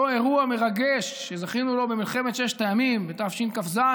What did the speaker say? אותו אירוע מרגש שזכינו לו במלחמת ששת הימים בתשכ"ז,